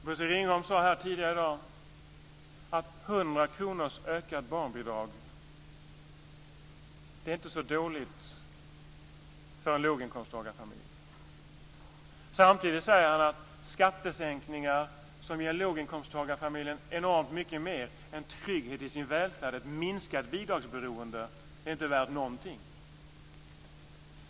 Bosse Ringholm sade tidigare i dag att en ökning av barnbidraget med 100 kr inte är så dåligt för en låginkomsttagarfamilj. Samtidigt säger han att skattesänkningar som ger låginkomsttagarfamiljen enormt mycket mer, nämligen en trygghet i sin välfärd och ett minskat bidragsberoende, inte är värt någonting.